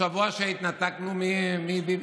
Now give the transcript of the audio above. שבוע שהתנתקנו מביבי.